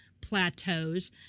plateaus